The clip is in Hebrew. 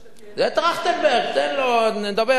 זה טרכטנברג, תן לו, נדבר על זה עוד.